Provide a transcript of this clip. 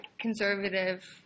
conservative